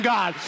God